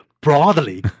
broadly